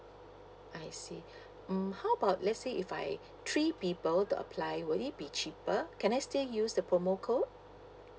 I see hmm how about let's say if I three people to apply would it be cheaper can I still use the promo code